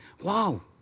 Wow